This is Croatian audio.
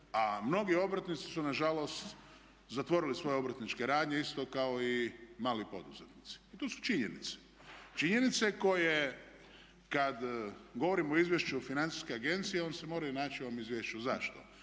mnogi obrtnici su nažalost zatvorili svoje obrtničke radnje isto kao i mali poduzetnici. I to su činjenice, činjenice koje kad govorimo o izvješću financijske agencije on se moraju naći u ovom izvješću. Zašto?